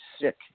sick